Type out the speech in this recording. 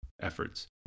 efforts